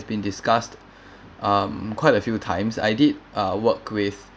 been discussed um quite a few times I did uh worked with